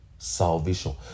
Salvation